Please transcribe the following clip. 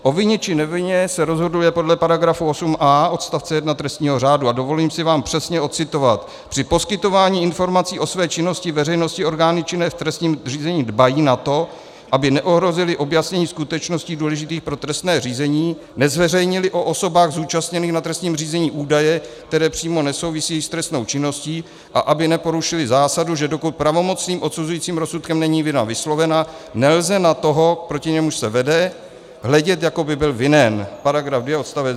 O vině či nevině se rozhoduje podle § 8a odst. 1 trestního řádu a dovolím si vám přesně odcitovat: Při poskytování informací o své činnosti veřejnosti orgány činné v trestním řízení dbají na to, aby neohrozily objasnění skutečností důležitých pro trestní řízení, nezveřejnily o osobách zúčastněných na trestním řízení údaje, které přímo nesouvisí s trestnou činností, a aby neporušily zásadu, že dokud pravomocným odsuzujícím rozsudkem není vina vyslovena, nelze na toho, proti němuž se vede, hledět, jako by byl vinen, § 2 odst.